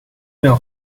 mail